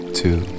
two